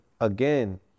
again